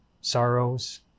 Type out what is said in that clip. sorrows